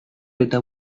eta